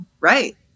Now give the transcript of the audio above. right